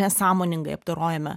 nesąmoningai apdorojame